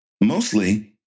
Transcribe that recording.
Mostly